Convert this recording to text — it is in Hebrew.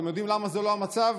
אתם יודעים למה זה לא המצב?